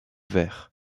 vert